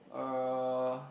uh